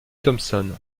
thompson